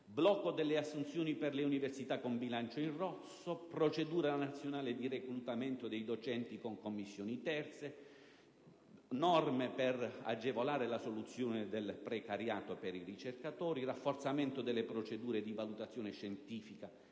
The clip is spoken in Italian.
blocco delle assunzioni per le università con bilancio in rosso; procedura nazionale di reclutamento dei docenti con commissioni terze; norme per agevolare la soluzione del precariato per i ricercatori; rafforzamento delle procedure di valutazione scientifica